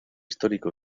histórico